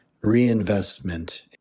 reinvestment